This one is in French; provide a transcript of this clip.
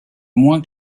moins